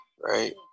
right